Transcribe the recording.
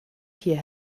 hier